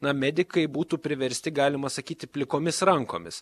na medikai būtų priversti galima sakyti plikomis rankomis